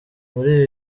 muri